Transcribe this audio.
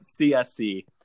CSC